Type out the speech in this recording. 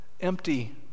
empty